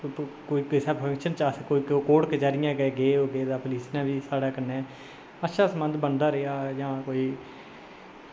कोई कुसै फंक्शन च अस कोई कोर्ट कचैहरियें गै गे होगे तां पलीस नै बी साढ़े कन्नै अच्छा संबंध बनदा रेहा जां कोई